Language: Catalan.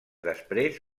després